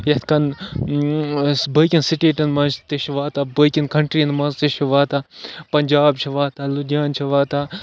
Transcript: یِتھۍ کٔنۍ باقین سِٹیٹن منٛز تہِ چھِ واتان باقین کَنٹرین منٛز تہِ چھِ واتان پنجاب چھِ واتان لُدیان چھِ واتان